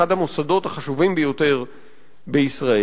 אחד המוסדות החשובים ביותר בישראל.